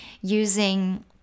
using